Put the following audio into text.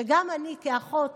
שגם אני, כשהייתי אחות